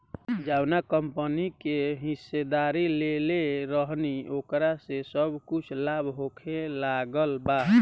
जावना कंपनी के हिस्सेदारी लेले रहनी ओकरा से अब कुछ लाभ होखे लागल बा